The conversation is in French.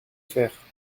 faire